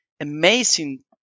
amazing